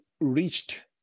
reached